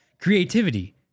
Creativity